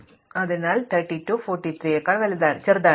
അതിനാൽ 32 43 നെക്കാൾ ചെറുതാണ്